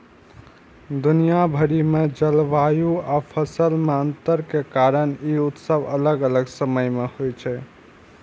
दुनिया भरि मे जलवायु आ फसल मे अंतर के कारण ई उत्सव अलग अलग समय मे होइ छै